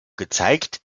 gezeigt